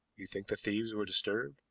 you think the thieves were disturbed?